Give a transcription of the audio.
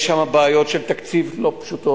יש שם בעיות של תקציב, לא פשוטות.